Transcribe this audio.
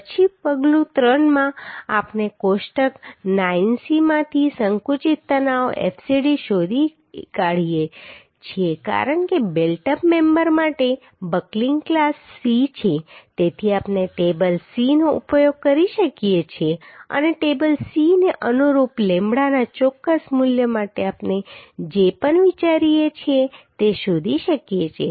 પછી પગલું 3 માં આપણે કોષ્ટક 9C માંથી સંકુચિત તણાવ fcd શોધી કાઢીએ છીએ કારણ કે બિલ્ટ અપ મેમ્બર માટે બકલિંગ ક્લાસ C છે તેથી આપણે ટેબલ C નો ઉપયોગ કરી શકીએ છીએ અને ટેબલ C ને અનુરૂપ લેમ્બડાના ચોક્કસ મૂલ્ય માટે આપણે જે પણ વિચારીએ છીએ તે શોધી શકીએ છીએ